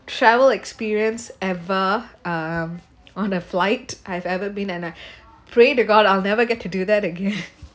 travel experience ever um on a flight I've ever been and I pray to god I'll never get to do that again